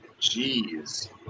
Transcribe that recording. Jeez